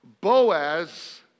Boaz